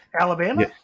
Alabama